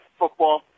football